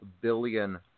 billion